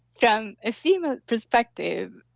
from a female perspective,